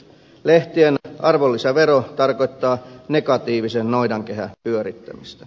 lehtien arvonlisävero tarkoittaa negatiivisen noidankehän pyörittämistä